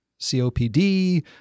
COPD